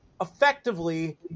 effectively